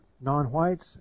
non-whites